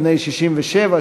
בני 67,